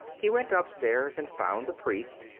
he went upstairs and found the priest,